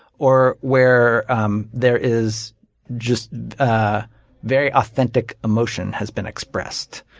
or where um there is just ah very authentic emotion has been expressed.